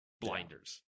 blinders